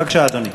בבקשה, אדוני.